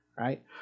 right